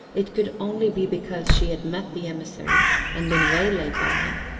it could only be because she had met the emissary and been waylaid by him.